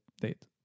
date